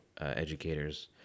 educators